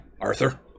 Arthur